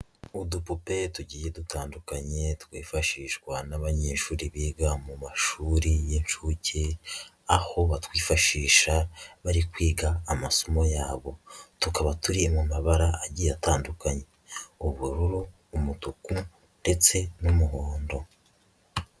Udupupe tugiye dutandukanye twifashishwa n'abanyeshuri biga mu mashuri y'inshuke, aho batwifashisha bari kwiga amasomo yabo, tukaba turi mu mabara agiye atandukanye ubururu, umutuku ndetse n'umuhondo.